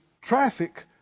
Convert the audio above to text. traffic